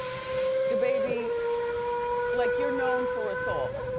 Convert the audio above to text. dababy like you're known for assault.